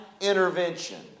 intervention